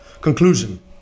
conclusion